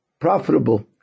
profitable